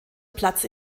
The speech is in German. platz